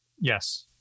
Yes